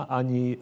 ani